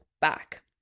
back